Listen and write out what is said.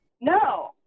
no